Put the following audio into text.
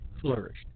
flourished